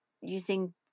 using